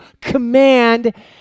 command